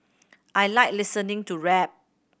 I like listening to rap